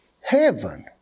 Heaven